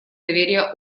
доверия